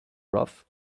rough